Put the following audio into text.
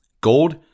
Gold